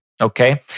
Okay